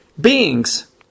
beings